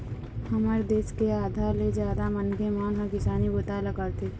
हमर देश के आधा ले जादा मनखे मन ह किसानी बूता ल करथे